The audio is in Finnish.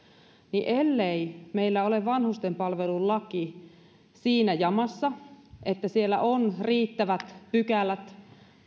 niin ellei meillä ole vanhustenpalvelulaki siinä jamassa että siellä on riittävät pykälät